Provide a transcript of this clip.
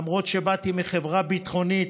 למרות שבאתי מחברה ביטחונית,